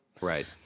Right